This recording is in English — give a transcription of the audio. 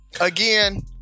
again